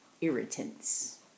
irritants